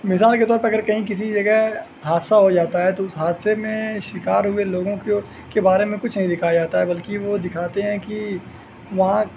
مثال کے طور پر اگر کہیں کسی جگہ حادثہ ہو جاتا ہے تو اس حادثے میں شکار ہوئے لوگوں کے کے بارے میں کچھ نہیں دکھایا جاتا ہے بلکہ وہ دکھاتے ہیں کہ وہاں